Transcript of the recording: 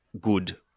good